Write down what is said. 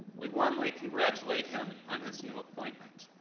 we warmly congratulate him on his new appointment.